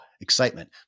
excitement